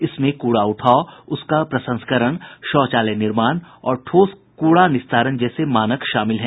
इसमें कूड़ा उठाव उसका प्रसंस्करण शौचालय निर्माण और ठोस कूड़ा निस्तारण जैसे मानक शामिल हैं